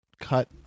cut